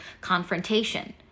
confrontation